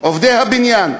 עובדי הבניין.